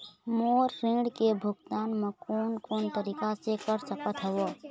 मोर ऋण के भुगतान म कोन कोन तरीका से कर सकत हव?